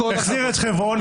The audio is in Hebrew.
החזיר את חברון.